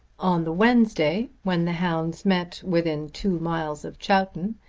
on the wednesday, when the hounds met within two miles of chowton,